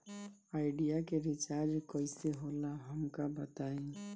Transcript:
Idea के recharge कईसे होला हमका बताई?